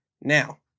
Now